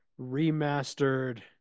remastered